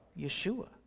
Yeshua